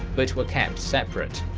but were kept separate.